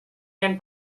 can